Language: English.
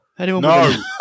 No